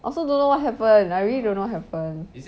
also don't know what happened I really don't know what happen